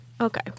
Okay